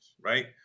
right